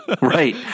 Right